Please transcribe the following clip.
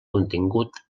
contingut